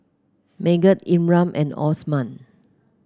Megat Imran and Osman